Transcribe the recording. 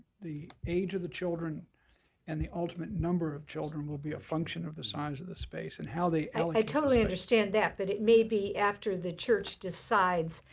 the age of the children and the ultimate number of children will be a function of the size of the space and how they allocate i totally understand that, but it may be after the church decides,